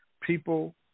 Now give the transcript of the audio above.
people